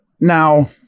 Now